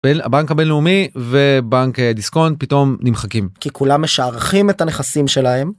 הבנק הבינלאומי ובנק דיסקונט פתאום נמחקים כי כולם משערכים את הנכסים שלהם.